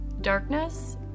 darkness